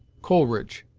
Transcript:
coleridge,